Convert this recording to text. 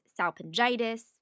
salpingitis